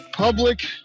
public